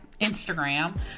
Instagram